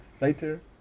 later